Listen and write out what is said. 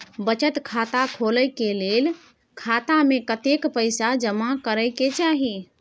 बचत खाता खोले के लेल खाता में कतेक पैसा जमा करे के चाही?